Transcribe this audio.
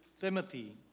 Timothy